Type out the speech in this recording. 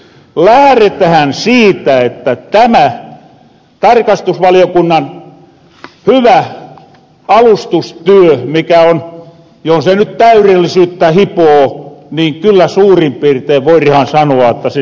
eli lähretähän siitä että tämä tarkastusvaliokunnan hyvä alustustyö mikä on jos ei nyt täyrellisyyttä hipova niin kyllä suurin piirtein voirahan sanoa että se sitä on